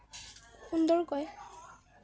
সুন্দৰকৈ